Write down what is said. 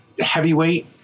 heavyweight